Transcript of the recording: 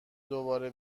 دوباره